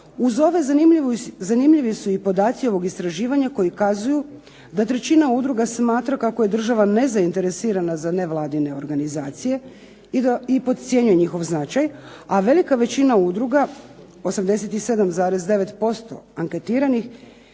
Uz ove zanimljivi su i podaci ovog istraživanja koji kazuju da trećina udruga smatraju kako je država nezainteresirana za nevladine organizacije i podcjenjuje njihov značaj, a velika većina udruga 87,9% anketiranih